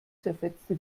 zerfetzte